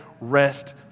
rest